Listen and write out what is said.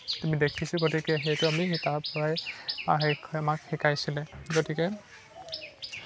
আমি দেখিছোঁ গতিকে সেইটো আমি সেই তাৰপৰাই আমাক শিকাইছিলে গতিকে